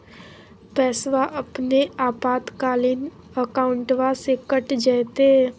पैस्वा अपने आपातकालीन अकाउंटबा से कट जयते?